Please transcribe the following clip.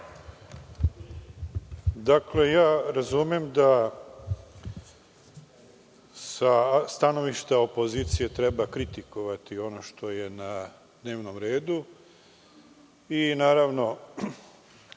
Dakle, ja razumem da sa stanovišta opozicije treba kritikovati ono što je na dnevnom redu, i naravno